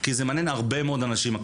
כי הכדורגל מעניין הרבה מאוד אנשים.